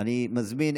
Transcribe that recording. אם כן,